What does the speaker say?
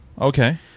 Okay